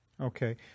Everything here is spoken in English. Okay